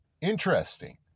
interesting